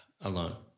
alone